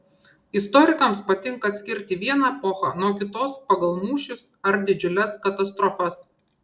istorikams patinka atskirti vieną epochą nuo kitos pagal mūšius ar didžiules katastrofas